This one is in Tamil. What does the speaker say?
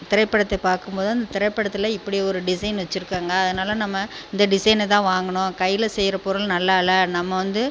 திரைப்படத்தை பார்க்கும்போது அந்த திரைப்படத்தில் இப்படி ஒரு டிஸைன் வச்சுருக்காங்க அதனால் நம்ம இந்த டிஸைனை தான் வாங்கணும் கையில் செய்கிற பொருள் நல்லா இல்லை நம்ம வந்து